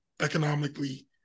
economically